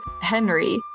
Henry